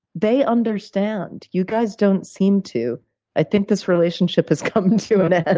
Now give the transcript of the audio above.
they understand. you guys don't seem to. i think this relationship has come to and an